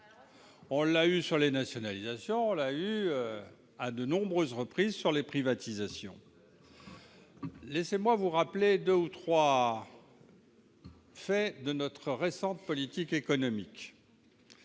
l'avons eu sur les nationalisations et, à de nombreuses reprises, sur les privatisations. Laissez-moi vous rappeler deux ou trois faits de notre récente politique économique